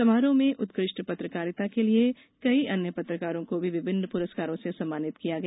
समारोह में उत्कृष्ट पत्रकारिता के लिये कई अन्य पत्रकारों को भी विभिन्न पुरस्कारों से सम्मानित किया गया